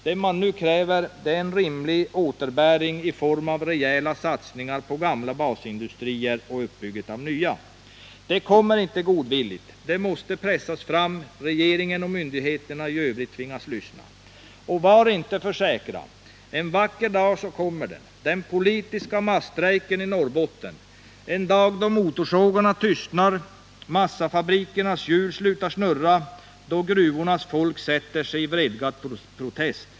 Det man nu kräver är en rimlig återbäring i form av rejäla satsningar på gamla basindustrier och uppbyggnad av nya. Det kommer inte godvilligt. Det måste pressas fram. Regeringen och myndigheter i övrigt måste tvingas lyssna. Var inte för säker. En vacker dag kommer den, den politiska masstrejken i Norrbotten. En dag då motorsågarna i skogen tystnar, massafabrikernas hjul slutar snurra och gruvornas folk sätter sig i vredgad protest.